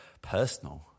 personal